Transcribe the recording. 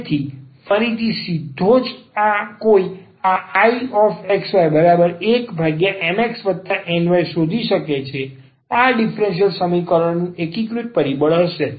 તેથી ફરીથી સીધો જ કોઈ આ Ixy1MxNy શોધી શકે છે આ ડીફરન્સીયલ સમીકરણનું એકીકૃત પરિબળ હશે